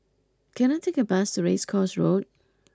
can I take a bus to Race Course Road